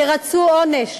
ירצו עונש